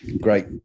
great